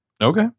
Okay